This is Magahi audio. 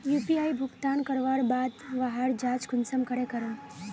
यु.पी.आई भुगतान करवार बाद वहार जाँच कुंसम करे करूम?